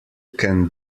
can